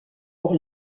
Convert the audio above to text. pour